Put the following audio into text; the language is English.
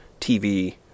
TV